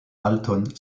alton